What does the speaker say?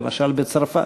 למשל בצרפת.